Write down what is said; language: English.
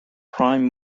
prime